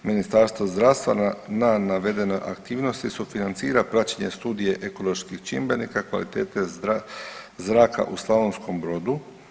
Ministarstvo zdravstvo na navedenoj aktivnosti sufinancira praćenje studije ekoloških čimbenika kvalitete zraka u Slavonskom Brodu.